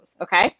Okay